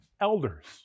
elders